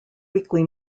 weekly